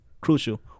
crucial